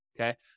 okay